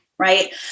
Right